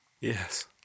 Yes